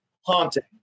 haunting